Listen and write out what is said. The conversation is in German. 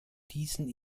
diesen